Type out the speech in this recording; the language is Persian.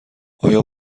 آیا